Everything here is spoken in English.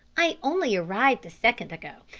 i only arrived a second ago,